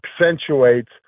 accentuates